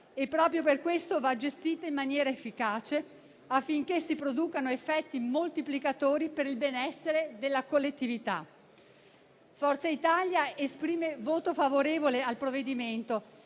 e proprio per questo va gestita in maniera efficace, affinché si producano effetti moltiplicatori per il benessere della collettività. Forza Italia esprime voto favorevole al provvedimento,